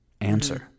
answer